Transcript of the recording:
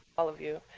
all of you,